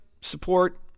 support